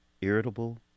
irritable